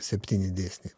septyni dėsniai